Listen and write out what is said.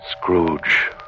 Scrooge